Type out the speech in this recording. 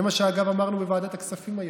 זה מה שאגב אמרנו בוועדת הכספים היום.